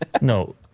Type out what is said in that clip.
No